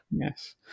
Yes